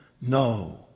no